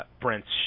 Brent's